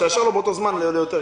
אז שיאשר לו באותו זמן ליותר.